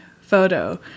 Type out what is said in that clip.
photo